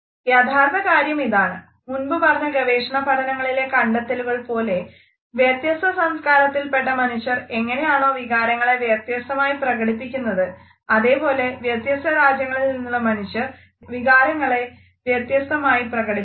യഥാർത്ഥ കാര്യം ഇതാണ് മുൻപ് പറഞ്ഞ ഗവേഷണപഠനങ്ങളിലെ കണ്ടെത്തലുകൾ പോലെ വ്യത്യസ്ത സംസ്കാരങ്ങളിൽ പെട്ട മനുഷ്യർ എങ്ങനെയാണോ വികാരങ്ങളെ വ്യത്യസ്തമായി പ്രകടിപ്പിക്കുന്നത് അതേപോലെ വ്യത്യസ്ത രാജ്യങ്ങളിൽനിന്നുള്ള മനുഷ്യരും വികാരങ്ങളെ വ്യത്യസ്തമായി പ്രകടപ്പിക്കുന്നു